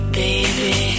baby